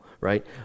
right